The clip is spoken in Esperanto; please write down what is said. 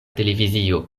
televizio